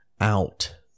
out